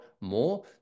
more